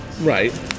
right